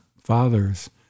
fathers